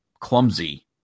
clumsy